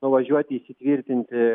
nuvažiuoti įsitvirtinti